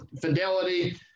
Fidelity